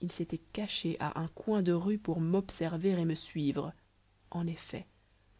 il s'était caché à un coin de rue pour m'observer et me suivre en effet